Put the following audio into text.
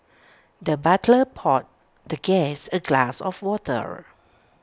the butler poured the guest A glass of water